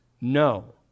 no